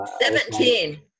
Seventeen